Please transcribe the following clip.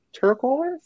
turquoise